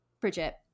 Bridget